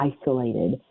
isolated